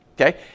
Okay